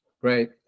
Great